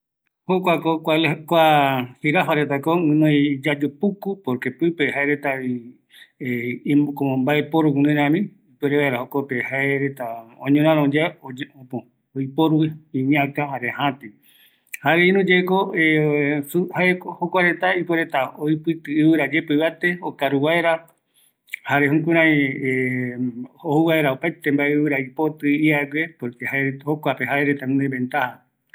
Kua jirafa retako guinoï iyayu puku, jokuako imbaeporuvi oñoraro vaera, jare ko oupitɨ vaera ɨvɨra räkä, okaru vaera, jokua pe jaereta guinoï mbaepuere ïrurëtägui